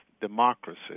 democracy